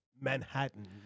Manhattan